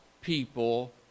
people